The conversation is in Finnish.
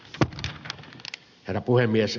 herra puhemies